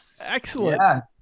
excellent